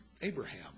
Abraham